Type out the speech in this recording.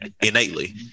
innately